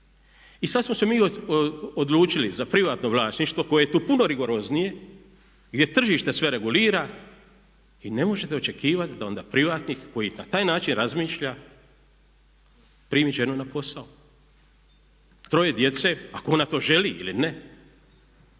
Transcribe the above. I sad smo se mi odlučili za privatno vlasništvo koje je tu puno rigoroznije gdje tržište sve regulira i ne možete očekivati da onda privatnik koji na taj način razmišlja primi ženu na posao. 3 djece, ako ona to želi ili ne,